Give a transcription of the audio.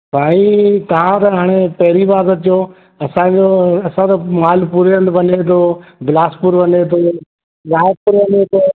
साईं तव्हां त हाणे पहिरीं बार ता चओ तव्हां असांजो असांजो माल पूरे हंधि वञे पियो बिलासपुर वञे थो नागपुर वञे थो